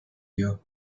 year